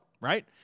right